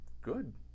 good